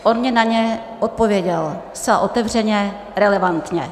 On mně na ně odpověděl zcela otevřeně, relevantně.